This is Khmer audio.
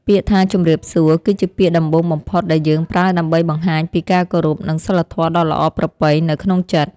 ពាក្យថាជម្រាបសួរ គឺជាពាក្យដំបូងបំផុតដែលយើងប្រើដើម្បីបង្ហាញពីការគោរព និងសីលធម៌ដ៏ល្អប្រពៃនៅក្នុងចិត្ត។